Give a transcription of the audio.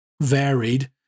varied